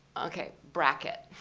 okay, bracket,